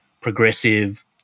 progressive